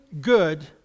good